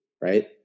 Right